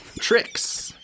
tricks